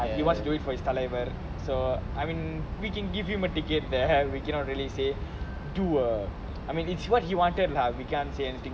he was doing it for his thalaivar so I mean we can give him a ticket there we cannot really say to uh I mean it's what he wanted lah we can't say anything